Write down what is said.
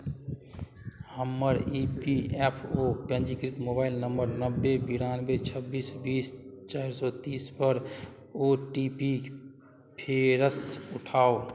हमर E P F O पञ्जीकृत mobile number नब्बे बिरानबे छब्बीस बीस चारि सए तीसपर ओ टी पी फेरसँ पठाउ